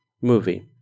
movie